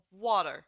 water